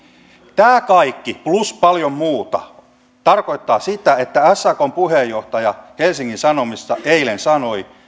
tämä kaikki plus paljon muuta tarkoittaa sitä että sakn puheenjohtaja helsingin sanomissa eilen sanoi